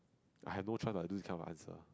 I have no choice but to do this kind of answer